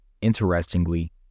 Interestingly